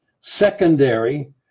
secondary